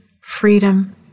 freedom